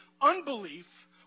unbelief